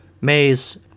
maze